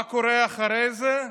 מה קורה אחרי זה?